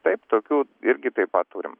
taip tokių irgi taip pat turim